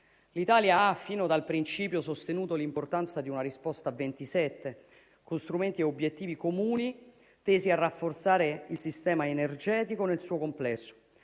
L'Italia, fin dal principio, ha sostenuto l'importanza di una risposta a ventisette, con strumenti e obiettivi comuni tesi a rafforzare il sistema energetico nel suo complesso;